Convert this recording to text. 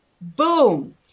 Boom